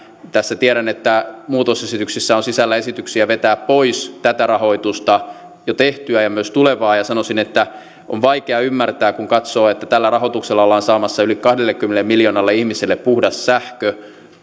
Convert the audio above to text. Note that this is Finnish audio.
tiedän että muutosesityksissä on sisällä esityksiä vetää pois tätä rahoitusta jo tehtyä ja myös tulevaa ja sanoisin että sitä on vaikea ymmärtää kun katsoo että tällä rahoituksella ollaan saamassa yli kahdellekymmenelle miljoonalle ihmiselle puhdas sähkö